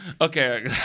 Okay